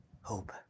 Hope